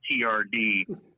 TRD